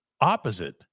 opposite